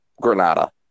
Granada